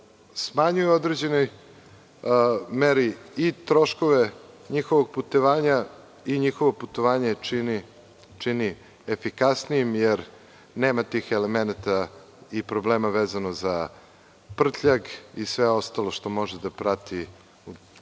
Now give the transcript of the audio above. smanjuje u određenoj meri i troškove njihovog putovanja i njihovo putovanje čini efikasnijim, jer nema tih elemenata i problema vezano za prtljag i sve ostalo što može da prati